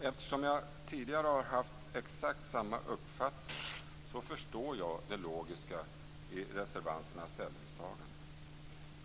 Eftersom jag tidigare har haft exakt samma uppfattning förstår jag det logiska i reservanternas ställningstagande.